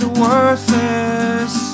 worthless